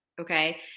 okay